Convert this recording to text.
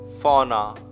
fauna